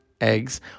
eggs